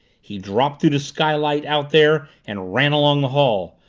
he dropped through the skylight out there and ran along the hall.